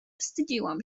wstydziłam